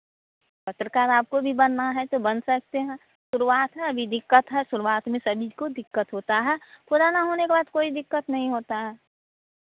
पत्रकार आपको भी बनना है तो बन सकते हैं शुरुआत है अभी दिक्कत है शुरुआत में सभी को दिक्कत होता है पुराना होने के बाद कोई दिक्कत नहीं होता है